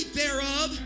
thereof